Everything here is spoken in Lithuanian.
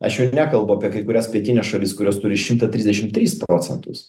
aš jau nekalbu apie kai kurias pietines šalis kurios turi šimtą trisdešim tris procentus